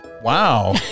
Wow